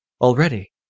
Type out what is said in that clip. Already